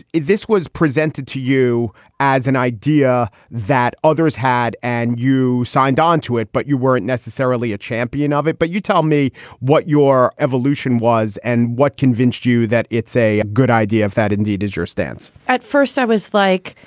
this was presented to you as an idea that others had and you signed on to it, but you weren't necessarily a champion of it. but you tell me what your evolution was and what convinced you that it's a good idea if that indeed is your stance at first i was like,